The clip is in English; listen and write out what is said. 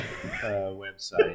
website